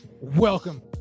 Welcome